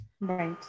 Right